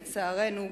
לצערנו,